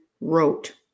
wrote